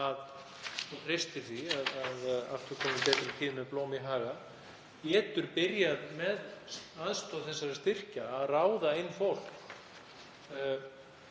og treystir því að aftur komi betri tíð með blóm í haga, getur byrjað með aðstoð þessara styrkja að ráða inn fólk